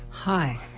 Hi